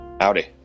Howdy